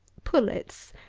pullets,